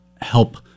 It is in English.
help